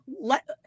Let